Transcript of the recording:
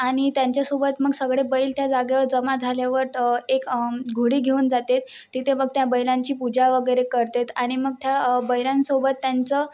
आणि त्यांच्यासोबत मग सगळे बैल त्या जागेवर जमा झाल्यावर तर एक घोडी घेऊन जातात तिथे मग त्या बैलांची पूजा वगैरे करतात आणि मग त्या बैलांसोबत त्यांचं